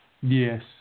Yes